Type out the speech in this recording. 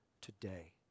today